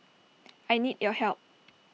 I need your help